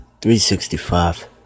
365